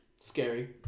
Scary